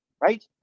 right